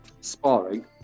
sparring